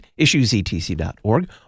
issuesetc.org